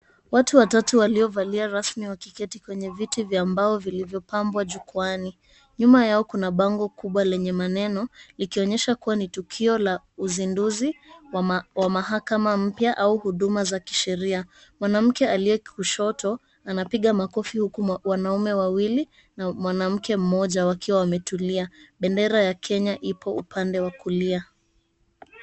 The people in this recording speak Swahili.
Watu watatu waliovalia rasmi wakiketi kwenye viti vya mbao vilivyopambwa jukwaani. Nyuma yao kuna bango kubwa lenye maneno, likionyesha kuwa ni tukio la uzinduzi wa mahakama mpya, au huduma za kisheria. Mwanamke aliye kushoto anapiga makofi, huku wanaume wawili na mwanamke mmoja wakiwa wametulia. Bendera ya Kenya ipo upande wa kulia.